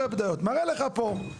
יש שתי שאלות פה.